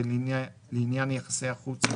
ולעניין יחסי החוץ,